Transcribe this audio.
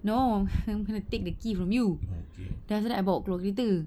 no I'm gonna take the key from you then after that I bawa keluar kereta